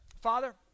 Father